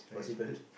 possible